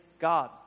God